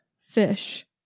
Fish